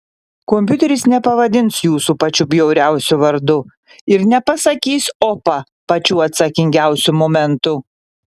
kompiuteris nepavadins jūsų pačiu bjauriausiu vardu ir nepasakys opa pačiu atsakingiausiu momentu